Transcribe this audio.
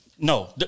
No